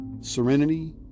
serenity